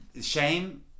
shame